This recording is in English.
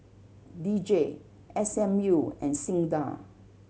D J S M U and SINDA